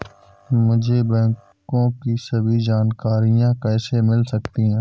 मुझे बैंकों की सभी जानकारियाँ कैसे मिल सकती हैं?